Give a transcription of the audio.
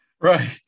right